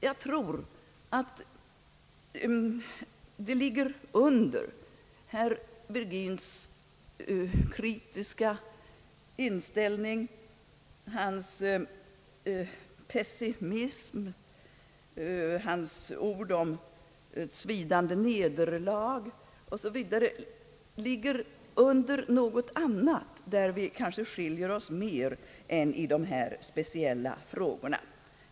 Jag tror emellertid att under herr Virgins kritiska inställning — hans pessimism, hans ord om svidande nederlag osv. — ligger någonting annat där vi kanske skiljer oss mer än i dessa speciella frågor.